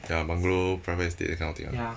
ya bungalow private estate that kind of thing uh